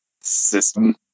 system